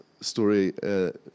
story